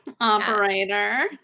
operator